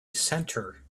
center